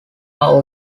are